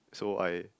so I